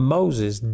Moses